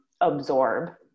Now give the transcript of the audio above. absorb